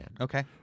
Okay